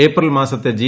April മാസത്തെ G